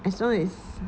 as long as